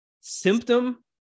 symptom